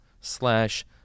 slash